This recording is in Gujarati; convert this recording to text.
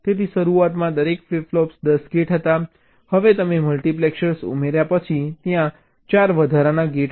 તેથી શરૂઆતમાં દરેક ફ્લિપ ફ્લોપમાં દસ ગેટ હતા હવે તમે મલ્ટિપ્લેક્સર ઉમેર્યા પછી ત્યાં 4 વધારાના ગેટ હતા